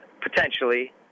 potentially